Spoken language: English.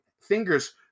fingers